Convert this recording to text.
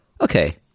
Okay